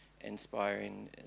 inspiring